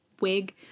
wig